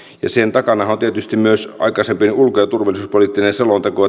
takanahan on tietysti myös aikaisempi ulko ja turvallisuuspoliittinen selonteko